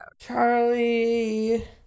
Charlie